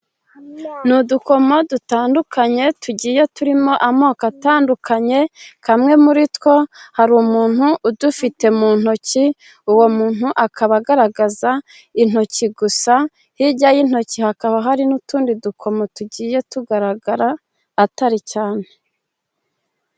Ni udukomo dutandukanye, tugiye turimo amoko atandukanye kamwe muri two. Hari umuntu udufite mu ntoki, uwo muntu akaba agaragaza intoki gusa. Hirya y'intoki hakaba hari n'utundi dukomo tugiye tugaragara atari cyane.